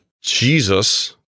Jesus